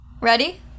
Ready